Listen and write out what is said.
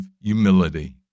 humility